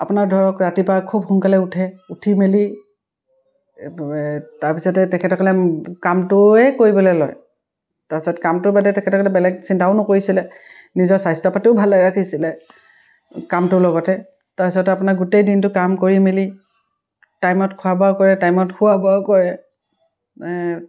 আপোনাৰ ধৰক ৰাতিপুৱা খুব সোনকালে উঠে উঠি মেলি তাৰপিছতে তেখেতসকলে কামটোৱে কৰিবলৈ লয় তাৰপিছত কামটোৰ বাদে তেখেতসকলে বেলেগ চিন্তাও নকৰিছিলে নিজৰ স্বাস্থ্য পাতিও ভালে ৰাখিছিলে কামটোৰ লগতে তাৰপিছতে আপোনাৰ গোটেই দিনটো কাম কৰি মেলি টাইমত খোৱা বোৱাও কৰে টাইমত শুৱা বোৱাও কৰে